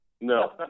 No